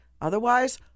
Otherwise